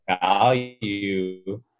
value